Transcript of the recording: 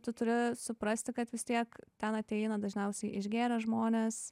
tu turi suprasti kad vis tiek ten ateina dažniausiai išgėrę žmonės